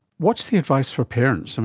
what's the advice for parents? um